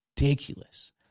ridiculous